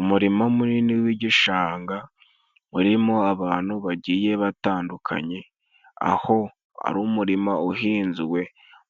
Umurima munini w'igishanga urimo abantu bagiye batandukanye, aho ari umurima uhinzwe